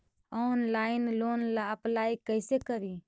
Online loan ला apply कैसे करी?